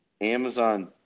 Amazon